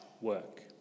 work